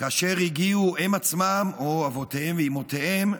כאשר הגיעו הם עצמם או אבותיהם ואימותיהם,